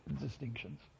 distinctions